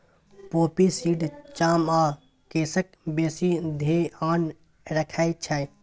poppy seed चाम आ केसक बेसी धेआन रखै छै